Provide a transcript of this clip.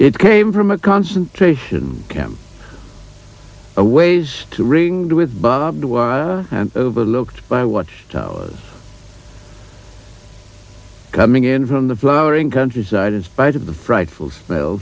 it came from a concentration camp a ways to ring with bob were overlooked by watch towers coming in from the flowering countryside in spite of the frightful smell